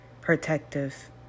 protective